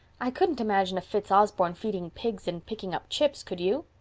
i couldn't imagine a fitzosborne feeding pigs and picking up chips, could you?